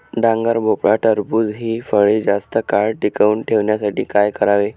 डांगर, भोपळा, टरबूज हि फळे जास्त काळ टिकवून ठेवण्यासाठी काय करावे?